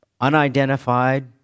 unidentified